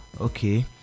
okay